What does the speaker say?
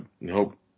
nope